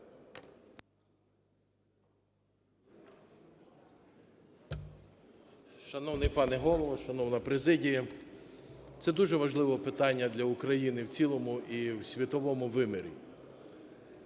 Шановний пане Голово, шановна президія! Це дуже важливе питання для України в цілому і в світовому вимірі.